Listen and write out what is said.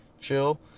chill